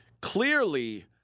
Clearly